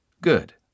Good